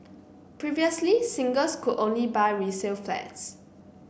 previously singles could only buy resale flats